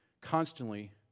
constantly